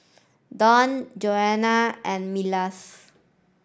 Dawne Joanna and Milas